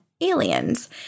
aliens